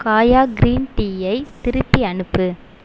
காயா க்ரீன் டீயை திருப்பி அனுப்பு